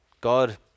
God